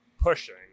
pushing